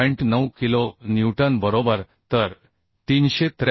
9 kilo newton बरोबर तर 373